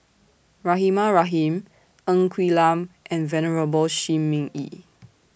Rahimah Rahim Ng Quee Lam and Venerable Shi Ming Yi